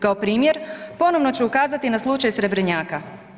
Kao primjer ponovno ću ukazati na slučaj Srebrnjaka.